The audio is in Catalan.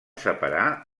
separar